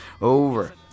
Over